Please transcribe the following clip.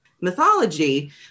mythology